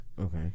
Okay